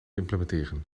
implementeren